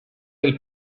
del